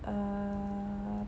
err